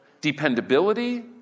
Dependability